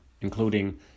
including